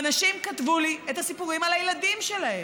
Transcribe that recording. ואנשים כתבו לי את הסיפורים על הילדים שלהם.